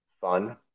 fun